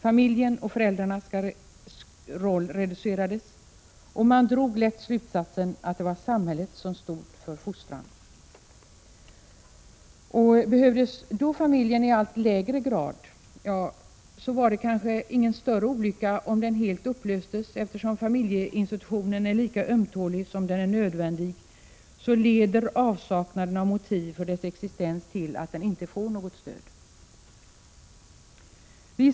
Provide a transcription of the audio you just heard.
Familjens och föräldrarnas roll reducerades, och man drog lätt slutsatsen att det var samhället som stod för fostran. Och om familjen ansågs behövas i allt lägre grad, då var det kanske ingen större olycka om den helt upplöstes. Eftersom familjeinstitutionen är lika ömtålig som den är nödvändig, lider avsaknaden av motiv för dess existens till att den inte får något stöd.